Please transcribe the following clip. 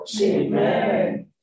Amen